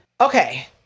Okay